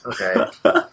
Okay